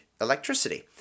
electricity